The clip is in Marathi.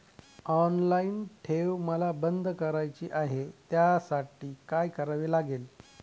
ऑनलाईन ठेव मला बंद करायची आहे, त्यासाठी काय करावे लागेल?